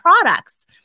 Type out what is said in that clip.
products